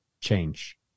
change